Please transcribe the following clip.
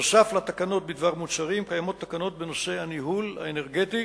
נוסף על תקנות בדבר מוצרים קיימות תקנות בנושא הניהול האנרגטי,